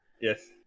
Yes